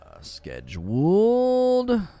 scheduled